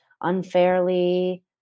unfairly